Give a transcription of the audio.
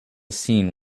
scene